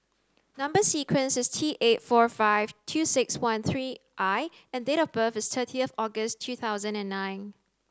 number sequence is T eight four five two six one three I and date of birth is thirtieth August two thousand and nine